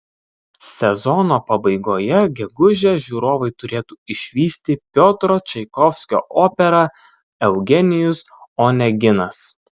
sezono pabaigoje gegužę žiūrovai turėtų išvysti piotro čaikovskio operą eugenijus oneginas